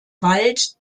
wald